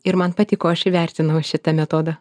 ir man patiko aš įvertinau šitą metodą